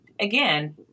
again